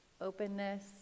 openness